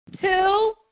two